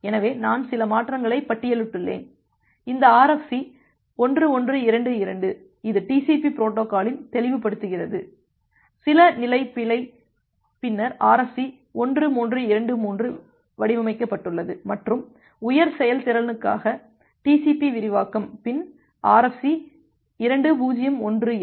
எனவே நான் சில மாற்றங்களை பட்டியலிட்டுள்ளேன் இந்த RFC 1122 இது டிசிபி பொரோட்டோகாலில் தெளிவுபடுத்துகிறது சில நிலை பிழை பின்னர் RFC 1323 வடிவமைக்கப்பட்டுள்ளது மற்றும் உயர் செயல்திறனுக்காக TCP விரிவாக்கம் பின் RFC 2018